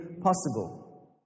possible